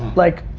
like.